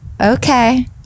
okay